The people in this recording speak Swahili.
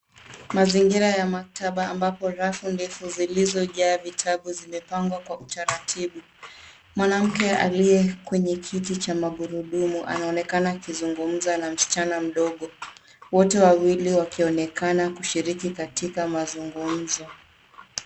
Mazingira ya maktaba ambapo rafu ndefu zilizojaa vitabu zimepangwa kwa utaratibu, mwanamke aliye kwenye kiti cha maburudumu anaonekana akizungumza na msichana mdogo, wote wawili wakionekana kushiriki katika mazungumzo.